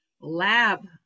lab